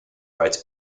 rights